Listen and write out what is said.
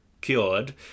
Cured